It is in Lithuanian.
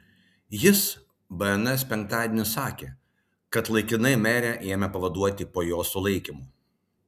jis bns penktadienį sakė kad laikinai merę ėmė pavaduoti po jos sulaikymo